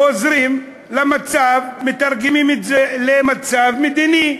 חוזרים למצב, מתרגמים את זה למצב מדיני.